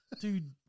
Dude